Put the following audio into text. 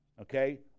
okay